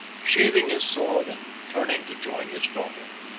sheathing his sword and turning to join his daughter.